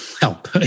help